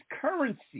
currency